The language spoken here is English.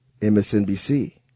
msnbc